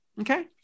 okay